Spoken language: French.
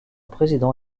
président